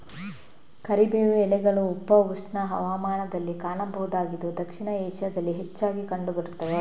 ಕರಿಬೇವು ಎಲೆಗಳು ಉಪ ಉಷ್ಣ ಹವಾಮಾನದಲ್ಲಿ ಕಾಣಬಹುದಾಗಿದ್ದು ದಕ್ಷಿಣ ಏಷ್ಯಾದಲ್ಲಿ ಹೆಚ್ಚಾಗಿ ಕಂಡು ಬರುತ್ತವೆ